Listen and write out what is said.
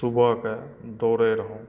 सुबहके दौड़ै रहौं